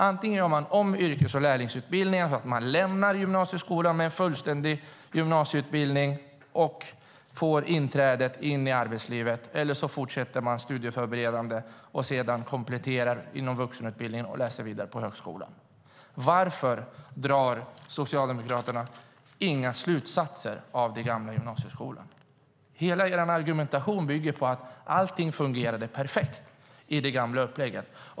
Antingen gör man om yrkes och lärlingsutbildningen så att eleverna lämnar gymnasieskolan med en fullständig gymnasieutbildning och får inträde in i arbetslivet, eller så fortsätter eleverna med studieförberedande, kompletterar inom vuxenutbildningen och läser vidare på högskolan. Varför drar Socialdemokraterna inga slutsatser av den gamla gymnasieskolan? Hela er argumentation bygger på att allting fungerande perfekt i det gamla upplägget.